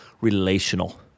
relational